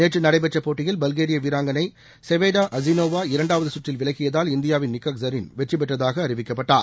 நேற்று நடைபெற்ற போட்டியில் பல்கேரிய வீராங்கனை செவேடா அஸினோவா இரண்டாவது சுற்றில் விலகியதால் இந்தியாவின் நிகாக் ஸரீன் வெற்றிபெற்றதாக அறிவிக்கப்பட்டார்